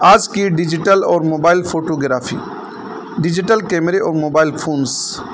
آج کی ڈیجیٹل اور موبائل فوٹوگرافی ڈیجیٹل کیمرے اور موبائل فونس